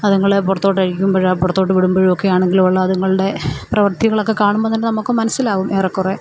അതുങ്ങളെ പുറത്തോട്ടയക്കുമ്പോഴ് പുറത്തോട്ട് വിടുമ്പോഴും ഒക്കെ ആണെങ്കിലും ഉള്ള അതുങ്ങളുടെ പ്രവർത്തികളൊക്കെ കാണുമ്പോൾ തന്നെ നമുക്ക് മനസ്സിലാകും ഏറെക്കുറെ